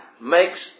makes